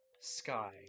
sky